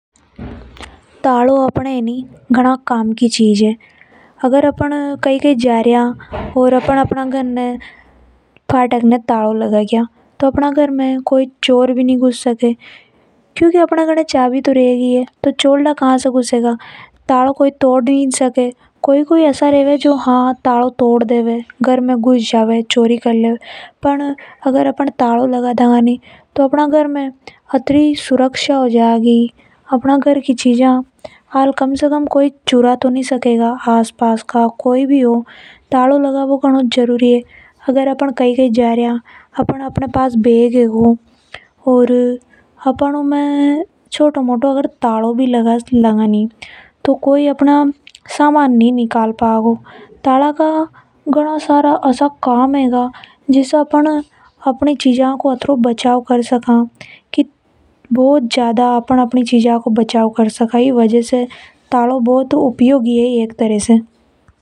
तालों अपने घणा काम की चीज है। अगर अपन कई कई बहा र जा रिया और अपन अपने घर पे फाटक न तालों लगा देवा तो अपना घर ने अब समान सुरक्षित रेवे। घर में कोई चोर भी नि घुस सकेगा। कोई तालों तोड़ भी नि सके कोई कोई ऐसा चोर रेवे जो इने तोड़ देवे पर बहुत कम चोर ही तालों तोड़ पावे। तालों लगाना से गणी ज्यादा घर की ओर समान की सुरक्षा हो जावे इसलिए जहां भी अपन जवा तो घर न तालों लगाकर ही जानो चाव है।